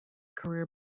career